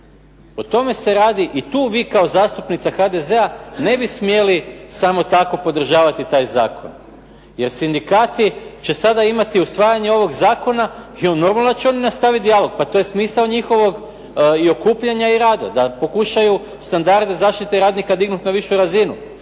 O tome se radi i tu vi kao zastupnica HDZ-a ne bi smjeli samo tako podržavati taj zakon. Jer sindikati će imati sada usvajanje ovog zakona i normalno da će oni nastaviti dijalog. Pa to je smisao njihovog okupljanja i rada, da pokušaju standarde zaštite radnika dignuti na višu razinu.